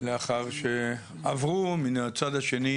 לאחר שעברו מן הצד השני,